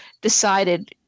decided